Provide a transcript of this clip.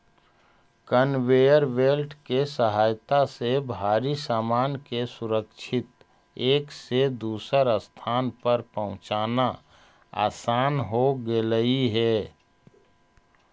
conveyor belt के सहायता से भारी सामान के सुरक्षित एक से दूसर स्थान पर पहुँचाना असान हो गेलई हे